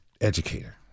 educator